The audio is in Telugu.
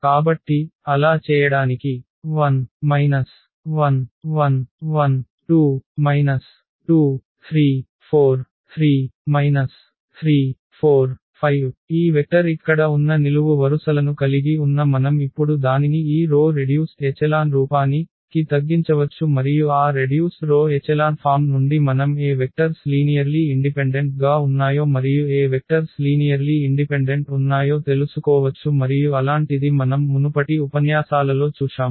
కాబట్టి అలా చేయడానికి 1 1 1 1 2 2 3 4 3 3 4 5 ఈ వెక్టర్ ఇక్కడ ఉన్న నిలువు వరుసలను కలిగి ఉన్న మనం ఇప్పుడు దానిని ఈ వరుస తగ్గించిన ఎచెలాన్ రూపాని కి తగ్గించవచ్చు మరియు ఆ రెడ్యూస్డ్ రో ఎచెలాన్ ఫామ్ నుండి మనం ఏ వెక్టర్స్ లీనియర్లీ ఇండిపెండెంట్ గా ఉన్నాయో మరియు ఏ వెక్టర్స్ లీనియర్లీ ఇండిపెండెంట్ ఉన్నాయో తెలుసుకోవచ్చు మరియు అలాంటిది మనం మునుపటి ఉపన్యాసాలలో చూశాము